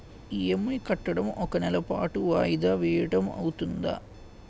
EMI కట్టడం ఒక నెల పాటు వాయిదా వేయటం అవ్తుందా?